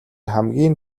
хамгийн